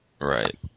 Right